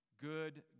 good